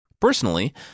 Personally